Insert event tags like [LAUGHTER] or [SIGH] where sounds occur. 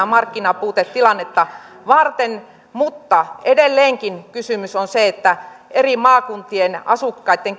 [UNINTELLIGIBLE] markkinapuutetilannetta varten mutta edelleenkin kysymys on se että eri maakuntien asukkaitten [UNINTELLIGIBLE]